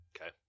Okay